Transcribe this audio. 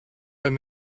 and